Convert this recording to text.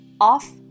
off